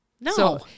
no